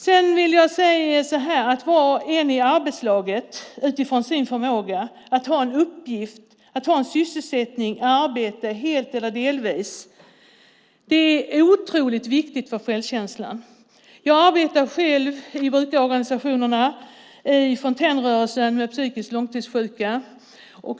För var och en i arbetslaget är det otroligt viktigt för självkänslan att efter sin förmåga ha en uppgift, att ha sysselsättning, att ha arbete helt eller delvis. Jag arbetar i brukarorganisationerna - i fontänrörelsen med psykiskt långtidssjuka.